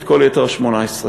את כל יתר ה-18,